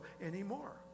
anymore